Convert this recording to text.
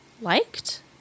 liked